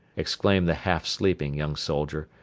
exclaimed the half-sleeping young soldier,